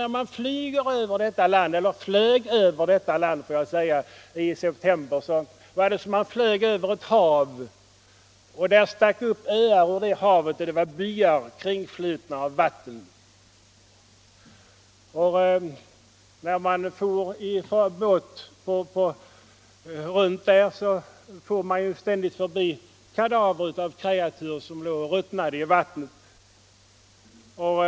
När jag flög över landet i augusti var det som att flyga över ett hav, där det stack upp öar — det var byar, kringflutna av vatten. När man färdades med båt for man ofta förbi kadaver av kreatur som låg och ruttnade i vattnet.